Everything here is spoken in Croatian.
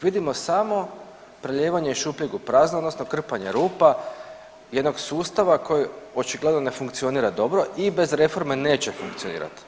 Vidimo samo prelijevanje iz šupljeg u prazno odnosno krpanje rupa jednog sustava koji očigledno ne funkcionira dobro i bez reforme neće funkcionirati.